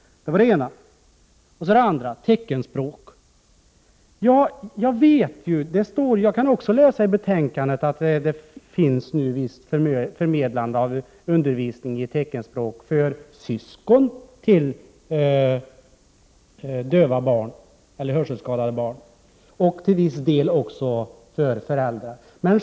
Jag vill sedan ta upp frågan om teckenspråk. Jag kan naturligtvis också läsa i betänkandet att det nu finns visst förmedlande av undervisning i teckenspråk för syskon till hörselskadade barn. Till viss del gäller det också för föräldrar.